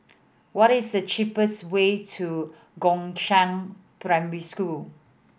what is the cheapest way to Gongshang Primary School